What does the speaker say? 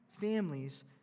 families